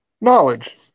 Knowledge